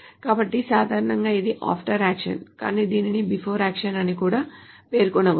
కాబట్టి సాధారణంగా ఇది after action కానీ దీనిని before action అని కూడా పేర్కొనవచ్చు